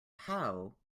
how